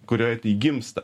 kurioj tai gimsta